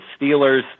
Steelers